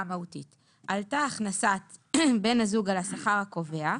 המהותית - "עלתה הכנסת בן הזוג על השכר הקובע,